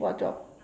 what job